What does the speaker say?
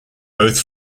both